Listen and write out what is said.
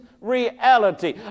reality